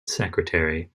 secretary